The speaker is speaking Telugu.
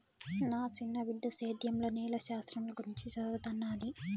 నా సిన్న బిడ్డ సేద్యంల నేల శాస్త్రంల గురించి చదవతన్నాది